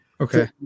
Okay